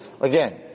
Again